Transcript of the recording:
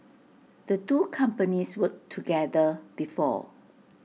the two companies worked together before